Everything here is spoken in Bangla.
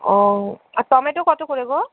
ও আর টমেটো কত করে গো